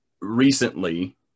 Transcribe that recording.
Recently